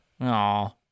Aw